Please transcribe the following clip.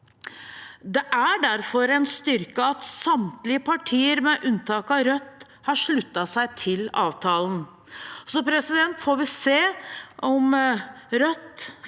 Det er derfor en styrke at samtlige partier, med unntak av Rødt, har sluttet seg til avtalen. Så får vi se om Rødt